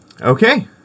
Okay